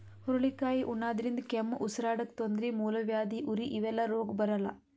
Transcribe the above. ಹುರಳಿಕಾಯಿ ಉಣಾದ್ರಿನ್ದ ಕೆಮ್ಮ್, ಉಸರಾಡಕ್ಕ್ ತೊಂದ್ರಿ, ಮೂಲವ್ಯಾಧಿ, ಉರಿ ಇವೆಲ್ಲ ರೋಗ್ ಬರಲ್ಲಾ